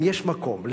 אם יש מקום,